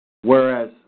Whereas